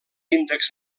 índexs